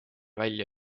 välja